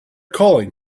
calling